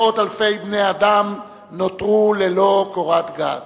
מאות אלפי בני-אדם נותרו ללא קורת גג.